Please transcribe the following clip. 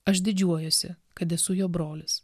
aš didžiuojuosi kad esu jo brolis